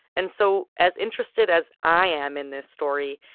and so as interested as i am in this story,